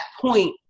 point